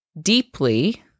deeply